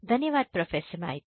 धन्यवाद प्रोफेसर मांइती